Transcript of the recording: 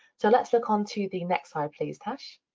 so let's look on to the next slide, please, tash.